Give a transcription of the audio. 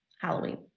Halloween